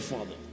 Father